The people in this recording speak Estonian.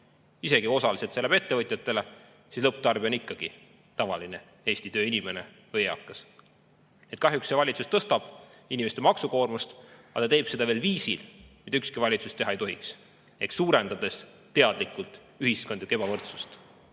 Isegi kui osaliselt see läheb ettevõtjatele, siis lõpptarbija on ikkagi tavaline Eesti tööinimene või eakas. Kahjuks tõstab see valitsus inimeste maksukoormust ja ta teeb seda veel viisil, mida ükski valitsus teha ei tohiks, ehk suurendades teadlikult ühiskondlikku ebavõrdsust,